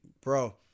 bro